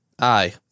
Aye